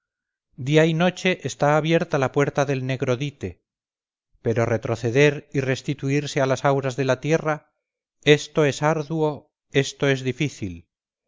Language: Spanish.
día y noche está abierta la puerta del negro dite pero retroceder y restituirse a las auras de la tierra esto es o arduo esto es o difícil